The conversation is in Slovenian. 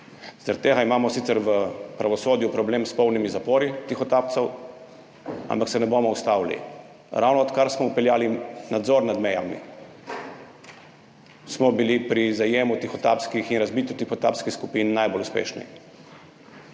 Zaradi tega imamo sicer v pravosodju problem s polnimi zapori tihotapcev, ampak se ne bomo ustavili. Ravno odkar smo vpeljali nadzor nad mejami, smo bili pri zajemu tihotapskih in razbitju tihotapskih skupin najbolj uspešni.